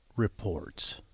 reports